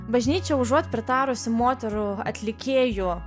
bažnyčia užuot pritarusi moterų atlikėjų